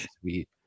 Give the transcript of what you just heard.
sweet